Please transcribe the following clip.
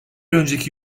önceki